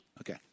Okay